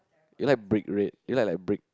you like brick red you like like brick